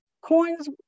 coins